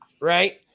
right